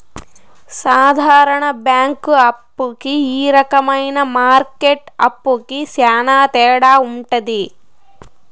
సాధారణ బ్యాంక్ అప్పు కి ఈ రకమైన మార్కెట్ అప్పుకి శ్యాన తేడా ఉంటది